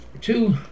two